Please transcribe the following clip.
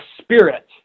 spirit